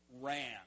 ran